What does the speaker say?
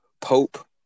Pope